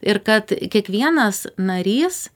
ir kad kiekvienas narys